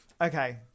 okay